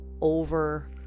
over